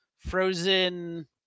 Frozen